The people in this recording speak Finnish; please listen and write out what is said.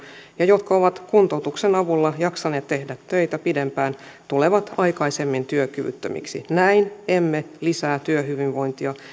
ja jotka ovat kuntoutuksen avulla jaksaneet tehdä töitä pitempään tulevat aikaisemmin työkyvyttömiksi näin emme lisää työhyvinvointia